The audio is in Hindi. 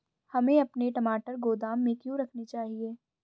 हमें अपने टमाटर गोदाम में क्यों रखने चाहिए?